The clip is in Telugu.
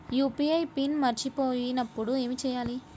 యూ.పీ.ఐ పిన్ మరచిపోయినప్పుడు ఏమి చేయాలి?